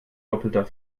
doppelter